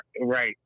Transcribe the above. right